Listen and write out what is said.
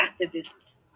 activists